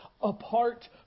apart